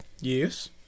Yes